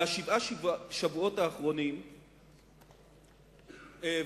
בשבעה השבועות האחרונים העברנו,